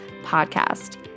podcast